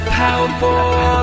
powerful